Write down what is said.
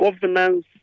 governance